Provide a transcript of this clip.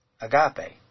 agape